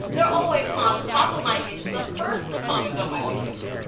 they're always on top of my ish, the first to comment on my videos.